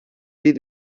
did